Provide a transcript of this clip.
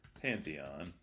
pantheon